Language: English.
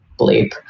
bleep